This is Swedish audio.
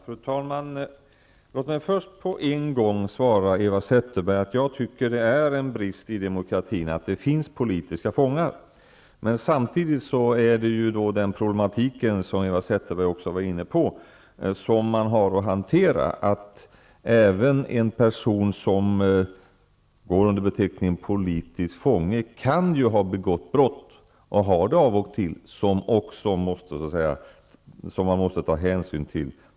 Fru talman! Låt mig först på en gång svara Eva Zetterberg att jag tycker det är en brist i demokratin att det finns politiska fångar. Samtidigt finns det problem som man har att hantera, som Eva Zetterberg var inne på. Även en person som går under beteckningen politisk fånge kan ha begått brott, och har det av och till, som man också måste ta hänsyn till.